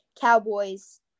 Cowboys